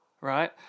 right